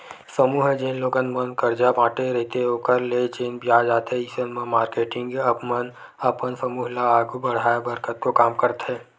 समूह ह जेन लोगन मन करजा बांटे रहिथे ओखर ले जेन बियाज आथे अइसन म मारकेटिंग मन अपन समूह ल आघू बड़हाय बर कतको काम करथे